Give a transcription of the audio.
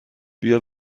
بیا